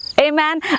amen